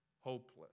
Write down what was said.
hopeless